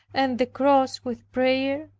and the cross with prayer.